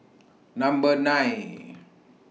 Number nine